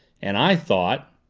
and i thought